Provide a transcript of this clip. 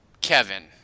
Kevin